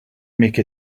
make